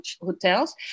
hotels